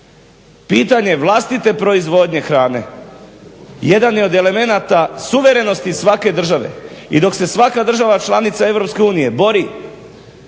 Pitanje vlastite proizvodnje hrane jedan je od elemenata suverenosti svake države i dok se svaka država članica EU bori